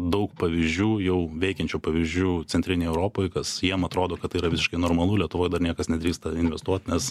daug pavyzdžių jau veikiančių pavyzdžių centrinėj europoj kas jiem atrodo kad tai yra visiškai normalu lietuvoj niekas nedrįsta investuot nes